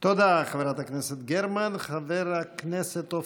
תודה, חברת הכנסת גרמן.